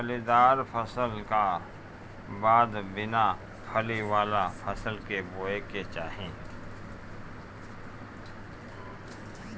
फलीदार फसल का बाद बिना फली वाला फसल के बोए के चाही